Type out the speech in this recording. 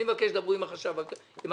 אני מבקש שתדברו עם החשב הכללי.